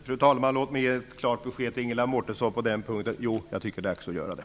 Fru talman! Låt mig ge ett klart besked till Ingela Mårtensson på den punkten. Jo, jag tycker att det är dags att göra det.